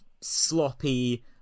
sloppy